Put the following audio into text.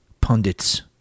pundits